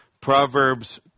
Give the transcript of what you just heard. Proverbs